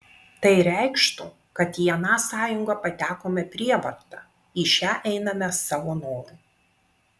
tai reikštų kad į aną sąjungą patekome prievarta į šią einame savo noru